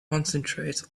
concentrate